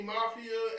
Mafia